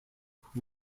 who